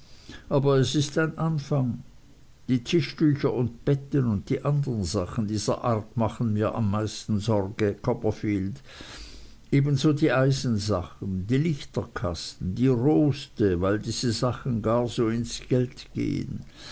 aber es ist ein anfang die tischtücher und betten und die andern sachen dieser art machen mir am meisten sorge copperfield ebenso die eisensachen die lichterkasten die roste weil diese sachen gar so ins geld gehn